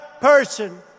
person